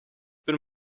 been